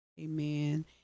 Amen